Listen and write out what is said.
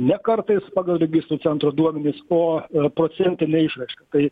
ne kartais pagal registrų centro duomenis o procentine išraiška tai